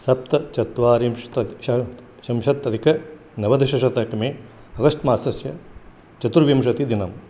सप्तचत्वारिंशच्च त्रिंशत्तधिकनवदशशतकमे अगस्ट्मासस्य चतुर्विंशतिदिनम्